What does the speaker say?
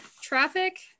traffic